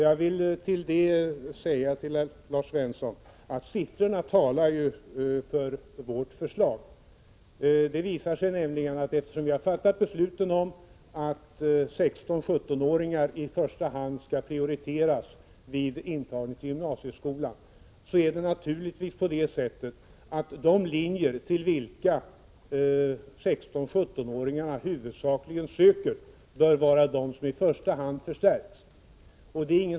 Jag vill till det säga att siffrorna ju talar för vårt förslag. Eftersom vi fattat beslut om att 16-17-åringar i första hand skall prioriteras vid intagning till gymnasieskolan, är det naturligtvis på det sättet att de linjer till vilka 16-17-åringar huvudsakligen söker i första hand bör förstärkas.